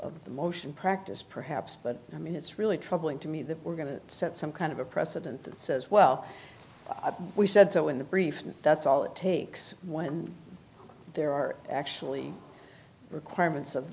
of the motion practice perhaps but i mean it's really troubling to me that we're going to set some kind of a precedent that says well we said so in the briefs and that's all it takes when there are actually requirements of